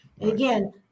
Again